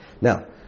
Now